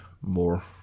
more